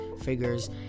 figures